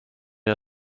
are